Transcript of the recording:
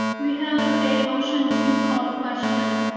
we have a motion to call the question.